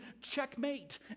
checkmate